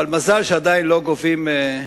אבל מזל שעדיין לא גובים,